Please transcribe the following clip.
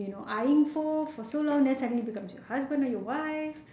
you know eyeing for for so long then suddenly becomes your husband or your wife